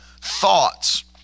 thoughts